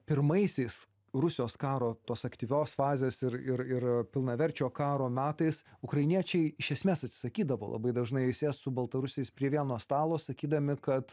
pirmaisiais rusijos karo tos aktyvios fazės ir ir ir pilnaverčio karo metais ukrainiečiai iš esmės atsisakydavo labai dažnai sėst su baltarusiais prie vieno stalo sakydami kad